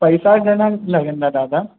पइसा घणा लॻंदा दादा